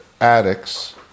addicts